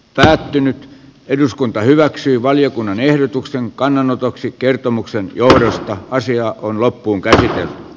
päättynyt eduskunta hyväksyy valiokunnan ehdotuksen kannanotoksi kertomuksen johdosta asia on loppuun kiitos